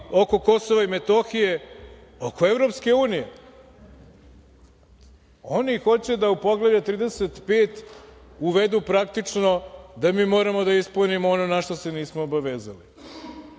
oko Kosova i Metohije. Oko EU? Oni hoće da u Poglavlje 35. uvedu praktično da mi moramo da ispunimo ono na šta se nismo obavezali.